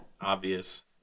obvious